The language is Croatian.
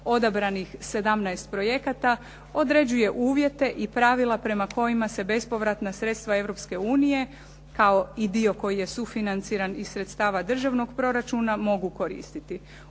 odabranih 17 projekata određuje uvjete i pravila prema kojima se bespovratna sredstva Europske unije kao i dio koji je sufinanciran iz sredstava državnog proračuna mogu koristiti.